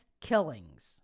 killings